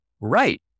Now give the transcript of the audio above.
Right